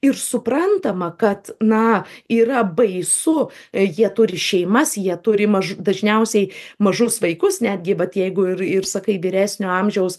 ir suprantama kad na yra baisu jie turi šeimas jie turi maž dažniausiai mažus vaikus netgi vat jeigu ir ir sakai vyresnio amžiaus